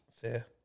Fair